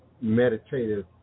meditative